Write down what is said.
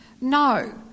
no